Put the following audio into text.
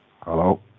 Hello